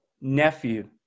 nephew